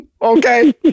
Okay